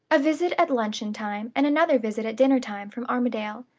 a visit at luncheon-time and another visit at dinner-time from armadale.